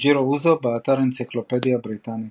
יסוג'ירו אוזו, באתר אנציקלופדיה בריטניקה